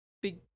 Big